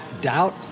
doubt